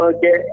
Okay